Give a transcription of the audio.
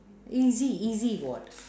easy easy what